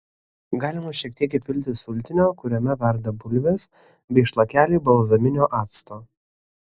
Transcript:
galima šiek tiek įpilti sultinio kuriame verda bulvės bei šlakelį balzaminio acto